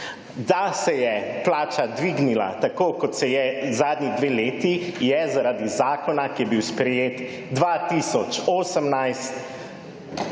Da se je plača dvignila tako kot se je zadnji dve leti, je zaradi zakona, ki je bil sprejet 2018,